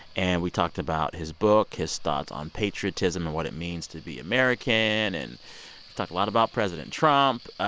and we talked about his book, his thoughts on patriotism and what it means to be american. and we talked a lot about president trump.